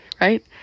right